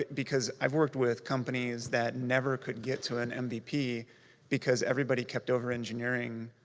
because i've worked with companies that never could get to an and mvp because everybody kept over-engineering